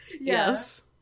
Yes